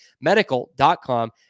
medical.com